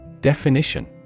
Definition